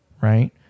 right